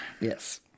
Yes